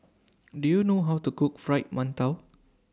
Do YOU know How to Cook Fried mantou